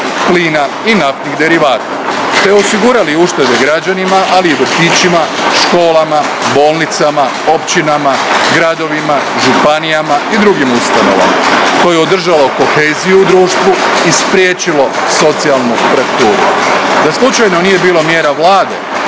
plina i naftnih derivata te osigurali uštede građanima, ali i vrtićima, školama, bolnicama, općinama, gradovima, županijama i drugim ustanovama. To je održalo koheziju u društvu i spriječilo socijalnu frakturu. Da slučajno nije bilo mjera Vlade,